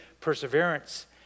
perseverance